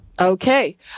Okay